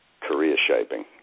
career-shaping